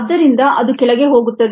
ಆದ್ದರಿಂದ ಅದು ಕೆಳಗೆ ಹೋಗುತ್ತದೆ